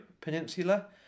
Peninsula